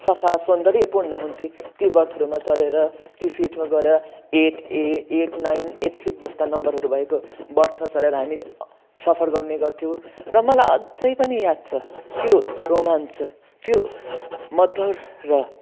सफा सौन्दर्यपूर्ण हुन्थे ति बर्थहरूमा चढेर त्यो सिटमा गएर eight A eight nine eight six जस्ता नम्बरहरू भएको बर्थमा चढेर हामी सफर गर्ने गर्थ्यौँ र मलाई अझै पनि याद छ त्यो रोमाञ्च त्यो मद्धर र